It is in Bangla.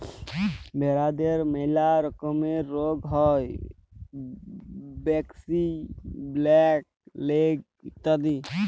ভেরাদের ম্যালা রকমের রুগ হ্যয় ব্র্যাক্সি, ব্ল্যাক লেগ ইত্যাদি